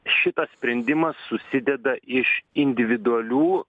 šitas sprendimas susideda iš individualių